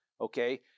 okay